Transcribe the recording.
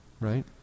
Right